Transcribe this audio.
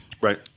Right